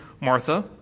Martha